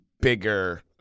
bigger